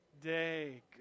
day